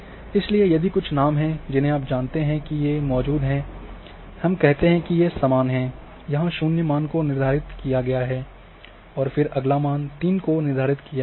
इसलिए यदि कुछ नाम हैं जिन्हें आप जानते हैं कि ये मौजूद हैं हम कहते हैं कि ये समान हैं यहाँ शून्य मान को निर्धारित किया गया है और फिर अगला मान तीन को निर्धारित किया गया है